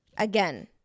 Again